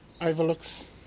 overlooks